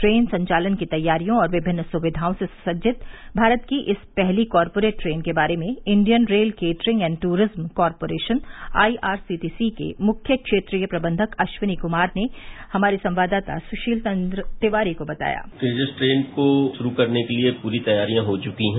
train संचालन की तैयारियों और विभिन्न सुविधाओं से सुसज्जित भारत की इस पहली कॉरपोरेट ट्रेन के बारे में Indian rail catering and tourism corporation IRCTC के मुख्य क्षेत्रीय प्रबंधक अश्वनी कुमार ने हमारे संवाददाता सुशील चन्द्र तिवारी को बताया तेजस ट्रेन को शुरू करने के लिये पूरी तैयारियां हो चुकी है